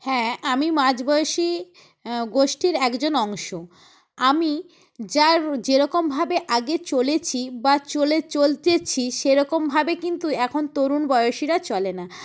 হ্যাঁ আমি মাঝ বয়সী গোষ্ঠীর একজন অংশ আমি যার যেরকমভাবে আগে চলেছি বা চলে চলছি সেরকমভাবে কিন্তু এখন তরুণ বয়সীরা চলে না